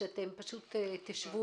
שתשבו